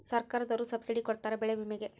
ಸರ್ಕಾರ್ದೊರು ಸಬ್ಸಿಡಿ ಕೊಡ್ತಾರ ಬೆಳೆ ವಿಮೆ ಗೇ